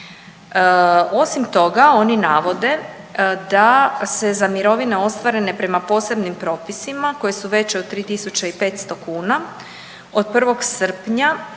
Osim toga oni navode da se za mirovine ostvarene prema posebnim propisima koje su veće od 3.500 kuna od 1. srpnja